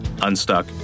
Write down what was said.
Unstuck